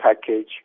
package